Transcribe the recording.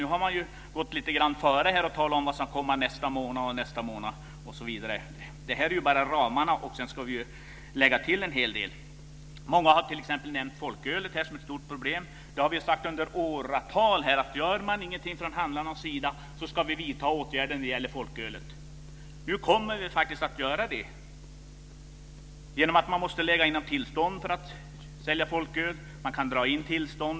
Nu har man gått lite grann före och talat om vad som ska komma under följande månader. Detta är ju bara ramarna. Sedan ska vi ju lägga till en hel del. Många har t.ex. nämnt folkölet som ett stort problem. Vi har ju under åratal sagt att om man inte gör någonting från handlarnas sida så ska vi vidta åtgärder när det gäller folkölet. Nu kommer vi faktiskt att göra det. Handlarna kommer att vara tvungna att söka tillstånd för att få sälja folköl, och tillståndet kan dras in.